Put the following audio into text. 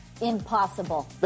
impossible